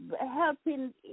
helping